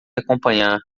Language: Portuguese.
acompanhar